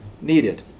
needed